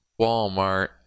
Walmart